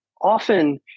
often